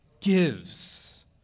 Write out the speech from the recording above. gives